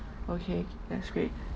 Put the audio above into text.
okay that's great